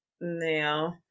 Now